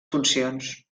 funcions